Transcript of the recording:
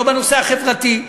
לא בנושא החברתי.